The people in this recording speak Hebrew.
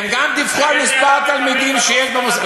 אתה מקבל בנות ספרדיות למוסדות שלך?